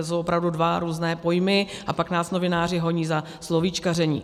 To jsou opravdu dva různé pojmy, a pak nás novináři honí za slovíčkaření.